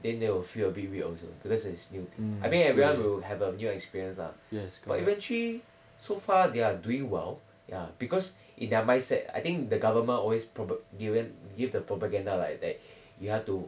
then they will feel a bit weird also because it's new I mean everyone will have a new experience lah but eventually so far they are doing well ya because in their mindset I think the government always propa~ given give the propaganda like that you have to